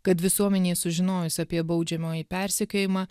kad visuomenei sužinojus apie baudžiamąjį persekiojimą